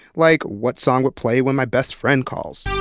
like what song would play when my best friend calls?